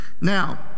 Now